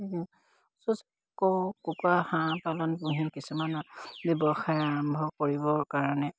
কুকুৰা হাঁহ পালন পুহি কিছুমান ব্যৱসায় আৰম্ভ কৰিবৰ কাৰণে